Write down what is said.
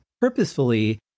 purposefully